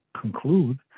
conclude